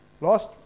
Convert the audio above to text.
Last